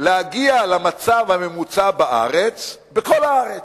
להגיע למצב הממוצע בארץ בכל הארץ.